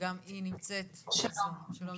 שגם היא נמצאת בזום.